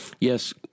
Yes